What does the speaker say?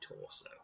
torso